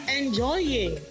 enjoying